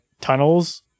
tunnels